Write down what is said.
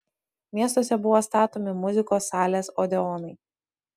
miestuose buvo statomi muzikos salės odeonai